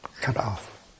cut-off